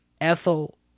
Ethel